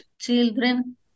children